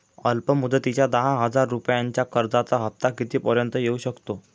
अल्प मुदतीच्या दहा हजार रुपयांच्या कर्जाचा हफ्ता किती पर्यंत येवू शकतो?